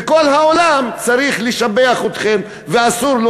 וכל העולם צריך לשבח אתכם ואסור לו